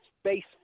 space